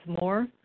more